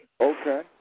Okay